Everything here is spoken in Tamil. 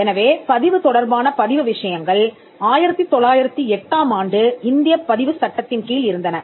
எனவே பதிவு தொடர்பான பதிவு விஷயங்கள் 1908 ஆம் ஆண்டு இந்தியப் பதிவு சட்டத்தின் கீழ் இருந்தன